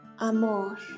amor